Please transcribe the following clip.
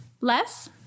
Less